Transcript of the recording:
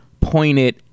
pointed